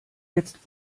jetzt